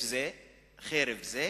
חרב זו